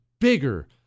bigger